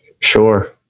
Sure